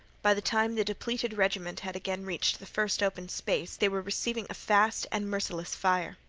by the time the depleted regiment had again reached the first open space they were receiving a fast and merciless fire.